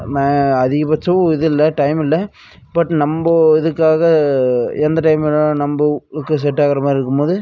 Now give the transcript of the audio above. நம்ம அதிகபட்சம் இது இல்லை டைம் இல்லை பட் நம்ம இதுக்காக எந்த டைம் வேணுனாலும் நம்மளுக்கு செட்டாகிற மாதிரி இருக்கும்போது